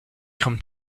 come